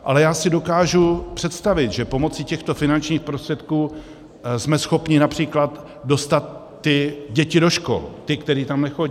Ale já si dokážu představit, že pomocí těchto finančních prostředků jsme schopni například dostat ty děti do škol, ty, které tam nechodí.